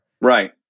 Right